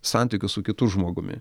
santykių su kitu žmogumi